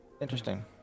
interesting